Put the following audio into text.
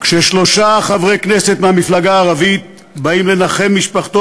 כששלושה חברי כנסת מהמפלגה הערבית באים לנחם משפחתו